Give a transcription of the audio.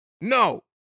no